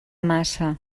massa